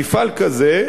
מפעל כזה,